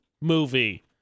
movie